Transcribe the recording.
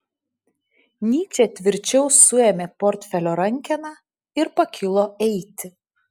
nyčė tvirčiau suėmė portfelio rankeną ir pakilo eiti